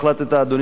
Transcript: אדוני היושב-ראש,